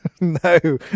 No